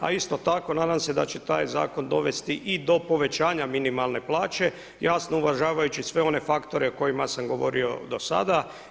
A isto tako nadam se da će taj zakon dovesti i do povećanja minimalne plaće jasno uvažavajući sve one faktore o kojima sam govorio do sada.